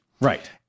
Right